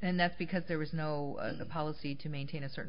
and that's because there was no policy to maintain a certain